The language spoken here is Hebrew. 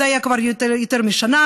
זה היה כבר לפני יותר משנה,